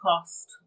cost